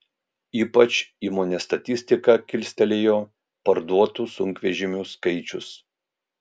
ypač įmonės statistiką kilstelėjo parduotų sunkvežimių skaičius